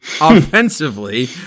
offensively